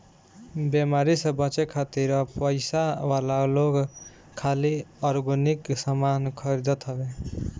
बेमारी से बचे खातिर अब पइसा वाला लोग खाली ऑर्गेनिक सामान खरीदत हवे